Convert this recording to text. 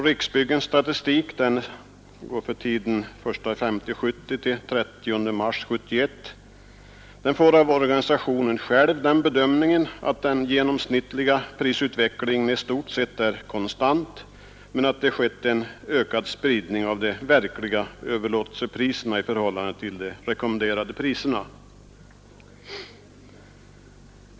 Riksbyggens statistik, som omfattar tiden 1 maj 1970 till 30 mars 1971, får av organisationen själv den bedömningen att den genomsnittliga prisutvecklingen i stort sett är konstant men att det skett en ökad spridning av de verkliga överlåtelsepriserna i förhållande till de rekommenderade priserna.